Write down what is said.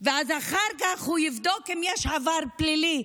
ואז, אחר כך הוא יבדוק אם יש עבר פלילי.